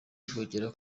rwogera